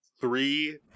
three